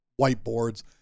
whiteboards